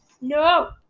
No